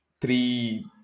three